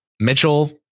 Mitchell